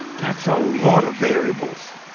that's a lot of variables.